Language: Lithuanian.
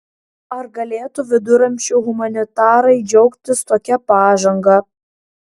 ar galėtų viduramžių humanitarai džiaugtis tokia pažanga